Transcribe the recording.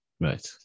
Right